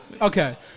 Okay